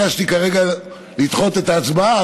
ביקשתי כרגע לדחות את ההצבעה,